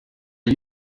are